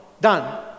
done